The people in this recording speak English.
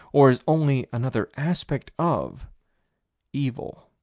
or is only another aspect of evil.